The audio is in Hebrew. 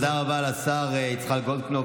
תודה רבה לשר יצחק גולדקנופ,